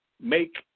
make